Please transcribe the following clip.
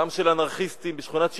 גם של אנרכיסטים בשכונת שמעון-הצדיק,